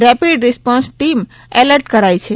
rapid response team alert કરાઇ છે